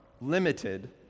limited